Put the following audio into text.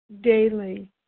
daily